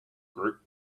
group